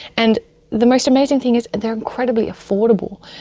and the most amazing thing is they're incredibly affordable.